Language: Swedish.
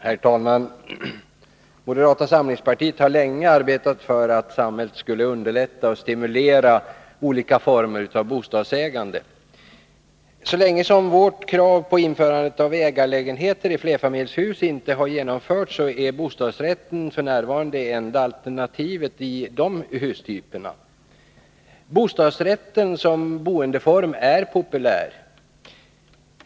Herr talman! Moderata samlingspartiet har länge arbetat för att samhället skulle underlätta och stimulera olika former av bostadsägande. Så länge som vårt krav på införande av ägarlägenheter i flerfamiljshus inte har genomförts är bostadsrätten f. n. det enda alternativet i de hustyperna. Bostadsrätten som boendeform är populär.